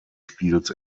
spiels